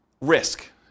risk